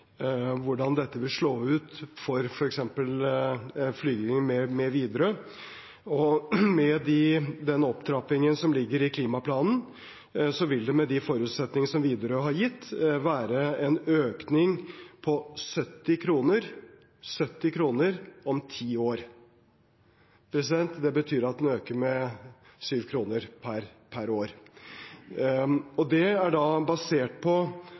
hvordan dette vil slå ut for f.eks. en flyvning med Widerøe. Med den opptrappingen som ligger i klimaplanen, vil det med de forutsetninger som Widerøe har gitt, være en økning på 70 kr om ti år. Det betyr en økning på 7 kr per år. Det er basert på